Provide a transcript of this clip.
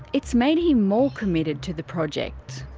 it's made him more committed to the project.